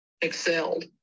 excelled